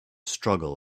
struggle